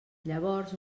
llavors